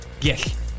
Yes